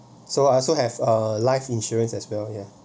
so I also have a life insurance as well ya